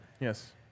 Yes